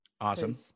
Awesome